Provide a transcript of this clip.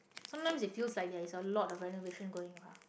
sometimes it feels like there is a lot of renovation going around